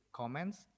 comments